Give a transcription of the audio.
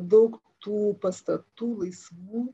daug tų pastatų laisvų